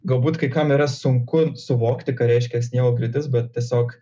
galbūt kai kam yra sunku suvokti ką reiškia sniego griūtis bet tiesiog